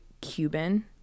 cuban